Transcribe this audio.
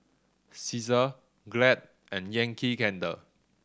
Cesar Glad and Yankee Candle